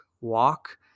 walk